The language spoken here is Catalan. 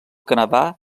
canadà